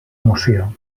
moció